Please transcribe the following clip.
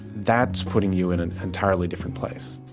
that's putting you in an entirely different place